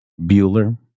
Bueller